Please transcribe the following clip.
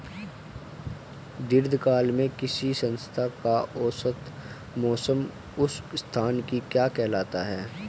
दीर्घकाल में किसी स्थान का औसत मौसम उस स्थान की क्या कहलाता है?